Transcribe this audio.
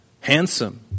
handsome